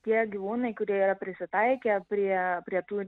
tie gyvūnai kurie yra prisitaikę prie prie tų